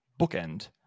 bookend